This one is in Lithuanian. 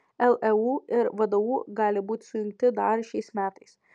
leu ir vdu gali būti sujungti dar šiais metais